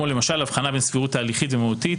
למשל, הבחנה בין סבירות תהליכית ומהותית,